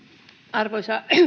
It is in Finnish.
arvoisa